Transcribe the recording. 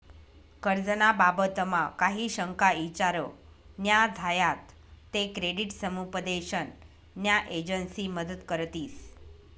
कर्ज ना बाबतमा काही शंका ईचार न्या झायात ते क्रेडिट समुपदेशन न्या एजंसी मदत करतीस